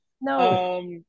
no